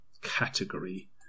category